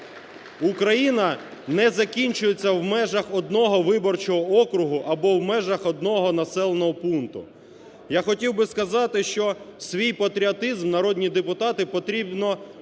Україна не закінчується в межах одного виборчого округу або в межах одного населеного пункту. Я хотів би сказати, що свій патріотизм, народні депутати, потрібно